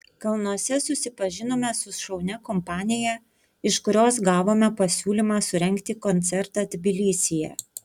kalnuose susipažinome su šaunia kompanija iš kurios gavome pasiūlymą surengti koncertą tbilisyje